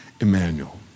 Emmanuel